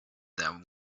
them